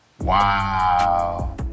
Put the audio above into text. Wow